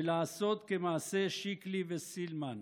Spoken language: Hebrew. ולעשות כמעשה שיקלי וסילמן.